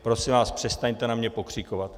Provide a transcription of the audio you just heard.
Prosím vás, přestaňte na mě pokřikovat.